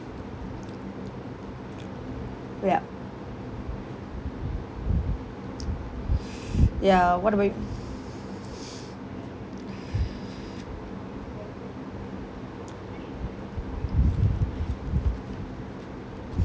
ya ya what about